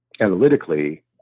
analytically